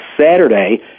Saturday